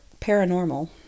paranormal